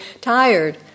tired